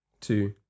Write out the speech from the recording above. two